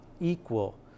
equal